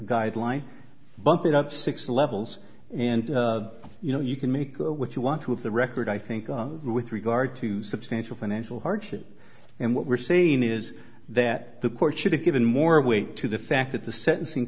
guideline bump it up to six levels and you know you can make what you want to of the record i think with regard to substantial financial hardship and what we're saying is that the court should have given more weight to the fact that the sentencing